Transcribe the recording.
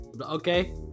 okay